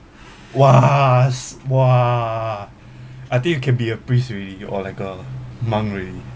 !wah! s~ !wah! I think you can be a priest already or like a monk already